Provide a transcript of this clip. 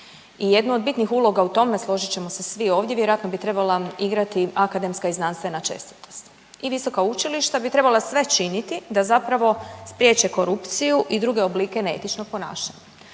i jedno od bitnih uloga u tome, složit ćemo se svi ovdje, vjerojatno bi trebala igrati akademska i znanstvena čestitost i visoka učilišta bi trebala sve činiti da zapravo spriječe korupciju i druge oblike neetičnog ponašanja,